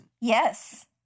Yes